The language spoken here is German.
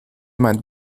mein